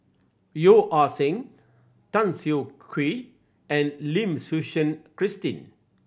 Yeo Ah Seng Tan Siah Kwee and Lim Suchen Christine